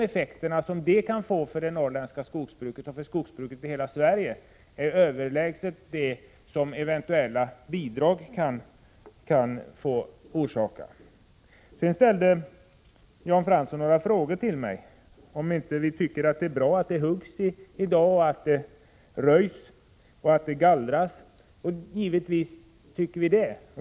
Effekterna för det norrländska skogsbruket och för skogsbruket i hela Sverige är större än vad de skulle bli genom eventuella bidrag. Jan Fransson ställde några frågor till mig. Han undrade om vi inte tycker att det är bra att det huggs, röjs och gallras i dag. Givetvis tycker vi det.